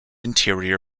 interior